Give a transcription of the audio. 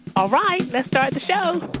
all right, let's start the show